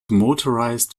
motorized